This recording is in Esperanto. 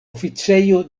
oficejo